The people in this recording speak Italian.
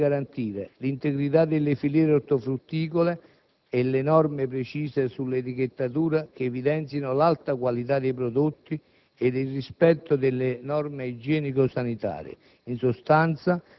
Quanto ai consumatori, l'impegno è di garantire l'integrità delle filiere ortofrutticole e norme precise sull'etichettatura che evidenzino l'alta qualità dei prodotti